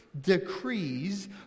decrees